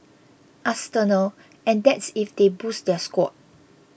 arsenal and that's if they boost their squad